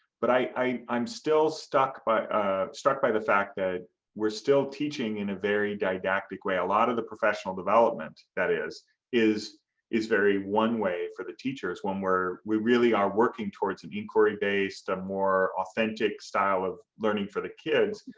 but i mean i'm still struck by ah struck by the fact that we're still teaching in a very didactic way. a lot of the professional development that is is is very one way for the teachers when we really are working towards an inquiry based, a more authentic style of learning for the kids.